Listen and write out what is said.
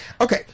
Okay